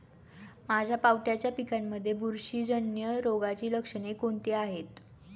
माझ्या पावट्याच्या पिकांमध्ये बुरशीजन्य रोगाची लक्षणे कोणती आहेत?